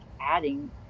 adding